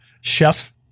chef